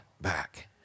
back